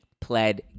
pled